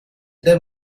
der